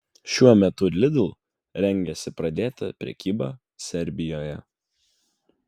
šiuo metu lidl rengiasi pradėti prekybą serbijoje